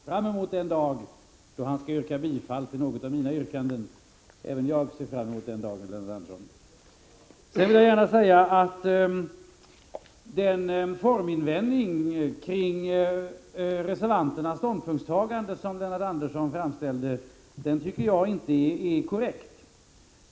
Herr talman! Jag vill gärna ansluta mig till den del av Lennart Anderssons anförande där han sade att han såg fram emot den dag då han kunde yrka bifall till något av mina förslag. Även jag ser fram emot den dagen, Lennart Andersson. Den forminvändning beträffande reservanternas ställningstagande som Lennart Andersson framförde tycker jag inte är korrekt.